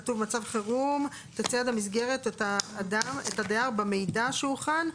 כתוב: במצב חירום תצייד המסגרת את הדייר במידע שהוכן,